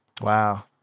Wow